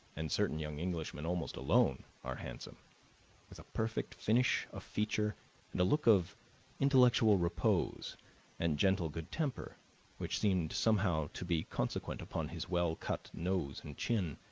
and certain young englishmen almost alone, are handsome with a perfect finish of feature and a look of intellectual repose and gentle good temper which seemed somehow to be consequent upon his well-cut nose and chin.